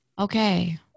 Okay